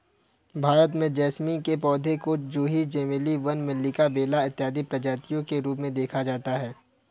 भारत में जैस्मीन के पौधे को जूही चमेली वन मल्लिका बेला इत्यादि प्रजातियों के रूप में देखा जाता है